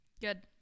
good